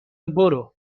برو، برو